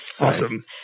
Awesome